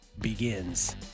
begins